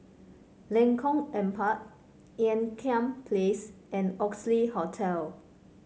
Lengkong Empat Ean Kiam Place and Oxley Hotel